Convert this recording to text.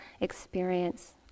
experience